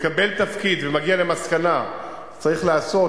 ומקבל תפקיד ומגיע למסקנה שצריך לעשות,